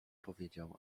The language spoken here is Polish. powiedział